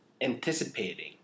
anticipating